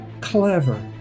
clever